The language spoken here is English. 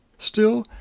still,